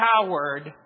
coward